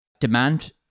demand